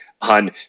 On